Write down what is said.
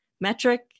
metric